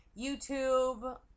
YouTube